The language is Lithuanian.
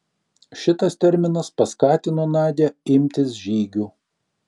šitas terminas paskatino nadią imtis žygių